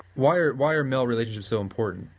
why are why are male relationships so important?